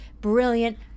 Brilliant